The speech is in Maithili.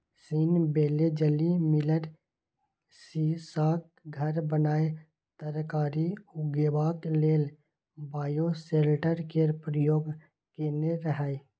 सीन बेलेजली मिलर सीशाक घर बनाए तरकारी उगेबाक लेल बायोसेल्टर केर प्रयोग केने रहय